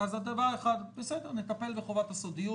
נטפל בחובת הסודיות